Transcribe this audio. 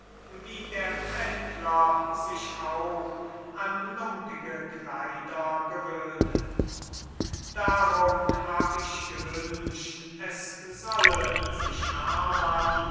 wie der bettler sich auch an lumpige kleider gewöhnet darum hab ich gewünscht es solle sich hermann